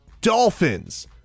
DOLPHINS